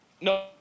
No